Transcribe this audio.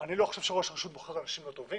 אני לא חושב שראש הרשות בוחר אנשים לא טובים,